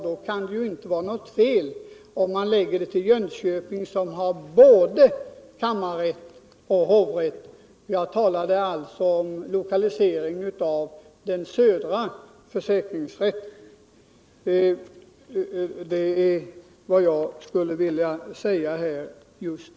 Det kan inte vara fel att förlägga den södra försäkringsrätten till Jönköping, som har både kammarrätt och hovrätt.